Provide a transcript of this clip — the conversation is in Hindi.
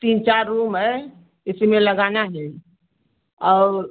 तीन चार रूम हैं इसी में लगाना है और